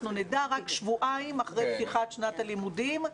אנחנו נדע רק שבועיים אחרי פתיחת שנת הלימודים.